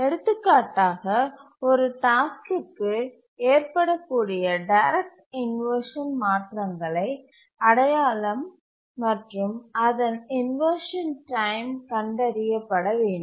எடுத்துக்காட்டாக ஒரு டாஸ்க்கிற்கு ஏற்படக்கூடிய டைரக்ட் இன்வர்ஷன் மாற்றங்கள் அடையாளம் மற்றும் அதன் இன்வர்ஷன் டைம் கண்டறிய பட வேண்டும்